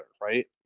right